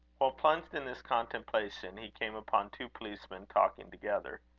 while plunged in this contemplation, he came upon two policemen talking together.